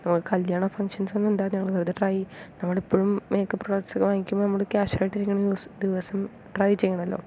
കല്യാണ ഫംഗ്ഷൻസൊന്നും ഇല്ലായിരുന്നു ഞങ്ങൾ വെറുതെ ട്രൈ നമ്മൾ എപ്പോഴും മേക്കപ്പ് പ്രോഡക്റ്റ്സ് ഒക്കെ വാങ്ങിക്കുമ്പോൾ നമ്മുടെ ക്യാഷ്വൽ ആയിട്ട് ഇട്ടിരിക്കുന്ന ദിവസം ട്രൈ ചെയ്യണമല്ലോ